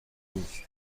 نیست